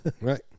right